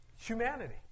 humanity